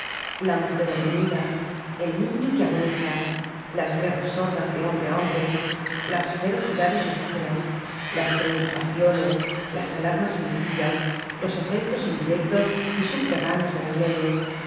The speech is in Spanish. la mujer oprimida el niño que agoniza las guerras sordas de hombre á hombre las ferocidades oscuras las preocupaciones las alarmas fingidas los efectos indirectos y subterráneos de las leyes